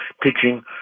pitching